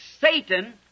Satan